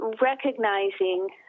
recognizing